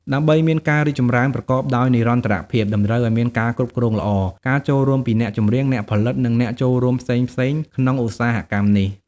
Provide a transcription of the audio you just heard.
ដើម្បីមានការរីកចម្រើនប្រកបដោយនិរន្តរភាព តម្រូវឲ្យមានការគ្រប់គ្រងល្អ ការចូលរួមពីអ្នកចម្រៀង អ្នកផលិត និងអ្នកចូលរួមផ្សេងៗក្នុងឧស្សាហកម្មនេះ។